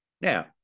Now